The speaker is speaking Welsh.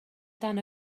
dan